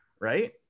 right